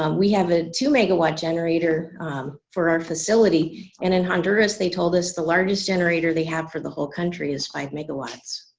um we have a two megawatt generator for our facility and in honduras they told us the largest generator they have for the whole country is five megawatts